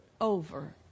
over